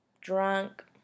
drunk